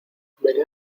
veré